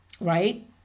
right